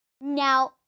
Now